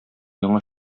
яңа